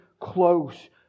close